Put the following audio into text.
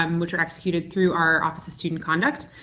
um which are executed through our office of student conduct.